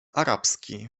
arabski